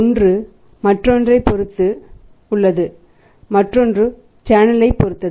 ஒன்று மற்றொன்றைப் பொறுத்தது உள்ளது மற்றொன்று சேனலைப் பொறுத்தது